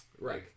Right